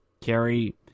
carry